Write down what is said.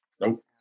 Nope